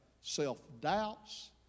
self-doubts